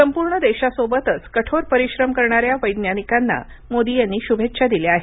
संपूर्ण देशासोबतच कठोर परिश्रम करणाऱ्या वैज्ञानिकांना मोदी यांनी शुभेच्छा दिल्या आहेत